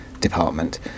department